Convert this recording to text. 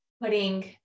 putting